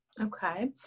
Okay